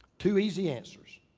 two easy answers.